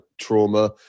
trauma